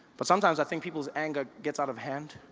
but sometimes i think people's anger get's out of hand